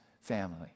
family